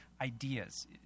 ideas